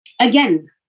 Again